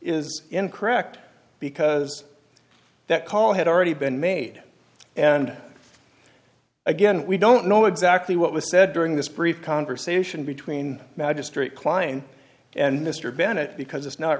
is incorrect because that call had already been made and again we don't know exactly what was said during this brief conversation between magistrate kline and mr bennett because it's not